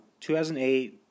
2008